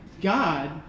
God